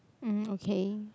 um okay